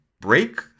break